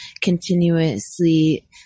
continuously